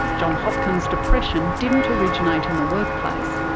john hopkin's depression didn't originate in the workplace,